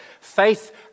faith